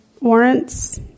warrants